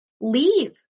leave